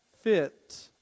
fit